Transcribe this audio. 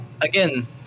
Again